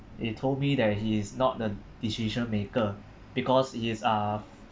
he told me that he is not the decision maker because he is uh